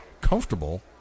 comfortable